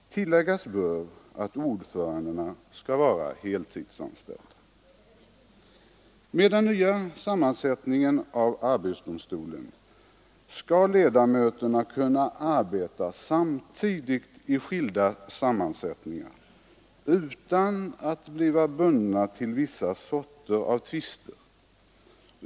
Tilläggas bör att ordförandena skall vara heltidsanställda. Med den nya sammansättningen av arbetsdomstolen skall ledamöterna kunna arbeta samtidigt i skilda sammansättningar utan att bli bundna till vissa sorters tvister.